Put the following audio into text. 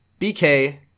BK